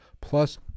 plus